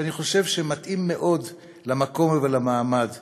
שאני חושב שמתאים מאוד למקום ולמעמד.